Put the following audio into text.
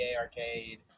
Arcade